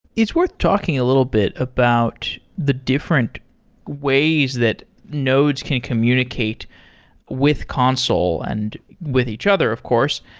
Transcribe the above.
it's worth talking a little bit about the different ways that nodes can communicate with consul and with each other, of course.